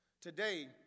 Today